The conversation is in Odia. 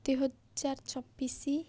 ଦୁଇହଜାର ଛବିଶ